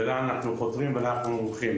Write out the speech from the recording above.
ולאן אנחנו חותרים ולאן אנחנו הולכים.